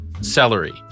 celery